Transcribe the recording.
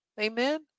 Amen